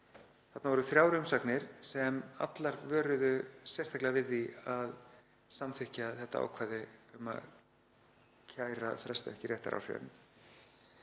Þarna voru þrjár umsagnir sem allar vöruðu sérstaklega við því að samþykkja það ákvæði að kæra fresti ekki réttaráhrifum.